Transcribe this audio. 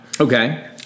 Okay